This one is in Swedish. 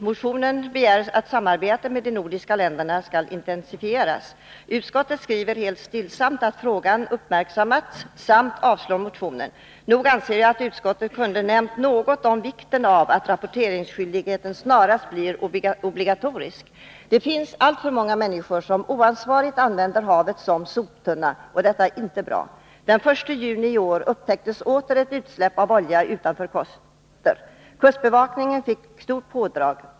I motionen begärs att samarbetet med de nordiska länderna skall intensifieras. Utskottet skriver helt stillsamt att frågan uppmärksammats samt avstyrker motionen. Nog anser jag att utskottet kunde ha nämnt något om vikten av att rapporteringsskyldigheten snarast blir obligatorisk. Det finns alltför många människor som oansvarigt använder havet som soptunna, och detta är inte bra. Den 1 juni i år upptäcktes åter ett oljeutsläpp utanför Koster. Kustbevakningen fick stort pådrag.